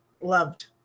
loved